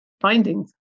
findings